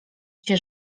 się